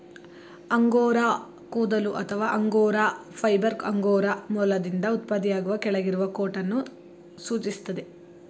angora ಕೂದಲು ಅಥವಾ angora fibre angora ಮೊಲದಿಂದ ಉತ್ಪತ್ತಿಯಾಗುವ ಕೆಳಗಿರುವ ಕೋಟನ್ನು ಸೂಚಿಸ್ತದೆ